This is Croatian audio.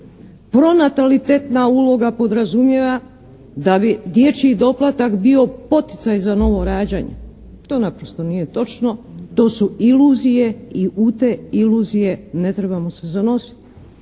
Pronatalitetna uloga podrazumijeva da bi dječji doplatak bio poticaj za novo rađanje. To naprosto nije točno, to su iluzije i u te iluzije ne trebamo se zanositi.